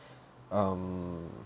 um